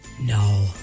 No